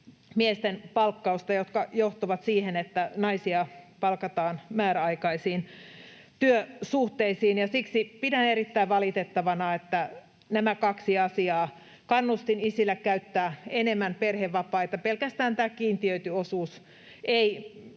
miesten palkkausta ja johtavat siihen, että naisia palkataan määräaikaisiin työsuhteisiin. Siksi pidän erittäin valitettavana näitä kahta asiaa: ei ole kannustinta isille käyttää enemmän perhevapaita — pelkästään tämä kiintiöity osuus